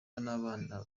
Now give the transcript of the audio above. n’abana